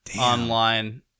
online